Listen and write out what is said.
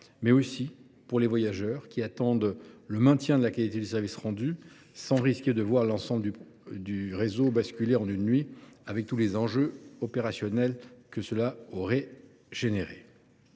mais aussi aux voyageurs, qui attendent le maintien de la qualité du service rendu sans risquer de voir l’ensemble du réseau basculer en une nuit, avec tous les enjeux opérationnels afférents.